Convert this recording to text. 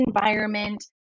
environment